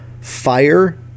fire